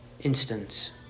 instance